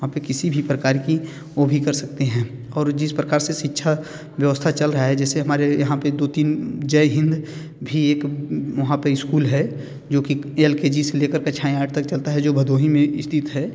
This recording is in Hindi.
वहाँ पर किसी भी प्रकार की वो भी कर सकते हैं और जिस प्रकार से शिक्षा व्यवस्था चल रही है जैसे हमारे यहाँ पर दो तीन जय हिन्द भी एक वहाँ पर इस्कूल है जो कि एल के जी से ले कर के छः आठ तक चलता है जो भदोही में स्थित है